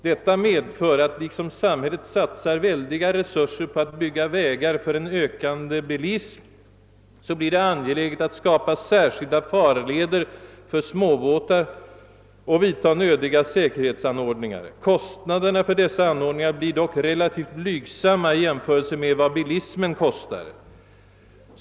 Detta medför att liksom samhället satsar väldiga resurser på att bygga vägar för en ökande bilism, så blir det angeläget att skapa särskilda farleder för småbåtar samt vidtaga nödiga säkerhetsanordningar. Kostnaderna för dessa anordningar blir dock relativt blygsamma 1 jämförelse med vad bilismen kostar.